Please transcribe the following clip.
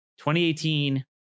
2018